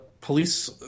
police